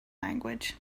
language